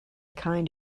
kind